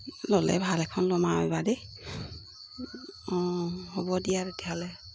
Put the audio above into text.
ল'লে ভাল এখন ল'ম আৰু এবাৰ দেই অ' হ'ব দিয়া তেতিয়াহ'লে